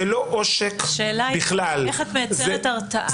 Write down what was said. השאלה איך את מייצרת הרתעה.